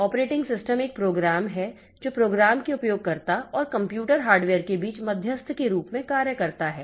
operating system एक program है जो प्रोग्राम के उपयोगकर्ता और कंप्यूटर हार्डवेयर के बीच मध्यस्थ के रूप में कार्य करता है